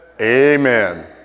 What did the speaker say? amen